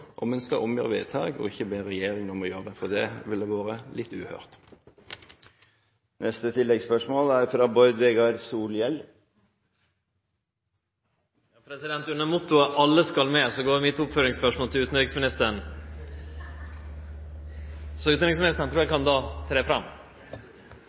om en skal omgjøre vedtaket, og ikke be regjeringen om å gjøre det, for det ville vært litt uhørt. Bård Vegar Solhjell – til oppfølgingsspørsmål. Under mottoet «alle skal med» går mitt oppfølgingsspørsmål til utanriksministeren, så